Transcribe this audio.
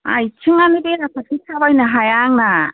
आथिङानो बेराफारसे थाबायनो हाया आंना